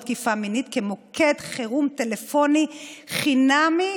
תקיפה מינית כמוקד חירום טלפוני חינמי